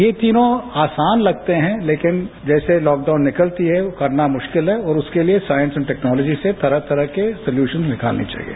यह तीनों आसान लगते हैं तेकिन जैसे लॉकडाउन निकलती है करना मुश्किल है और उसके लिये साइंस एंड टैक्नोलॉजी से तरह तरह के साल्यूशन्स निकालने चाहिये